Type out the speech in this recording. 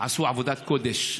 עשו עבודת קודש.